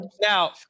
Now